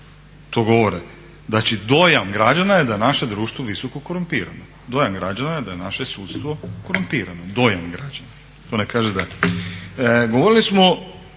to govore. Znači dojam građana je da je naše društvo visoko korumpirano, dojam građana je da je naše sudstvo korumpirano, dojam građana, to ne kaže da je.